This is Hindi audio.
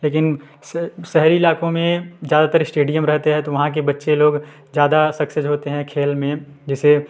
लेकिन से शहरी इलाकों में ज़्यादातर इस्टेडियम रहते हैं तो वहाँ के बच्चे लोग ज़्यादा सक्सेस होते हैं खेल में जैसे